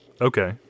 Okay